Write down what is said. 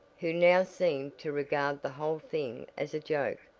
who now seemed to regard the whole thing as a joke,